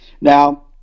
Now